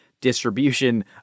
distribution